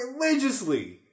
religiously